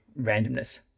randomness